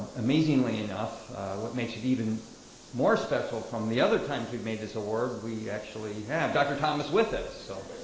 amazingly enough what makes it even more special from the other times we've made this award, we actually have dr. thomas with us. so